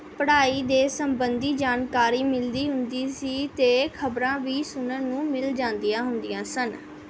ਪੜ੍ਹਾਈ ਦੇ ਸੰਬੰਧੀ ਜਾਣਕਾਰੀ ਮਿਲਦੀ ਹੁੰਦੀ ਸੀ ਅਤੇ ਖਬਰਾਂ ਵੀ ਸੁਣਨ ਨੂੰ ਮਿਲ ਜਾਂਦੀਆਂ ਹੁੰਦੀਆਂ ਸਨ